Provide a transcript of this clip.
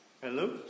Hello